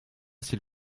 s’il